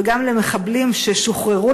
וגם למחבלים ששוחררו,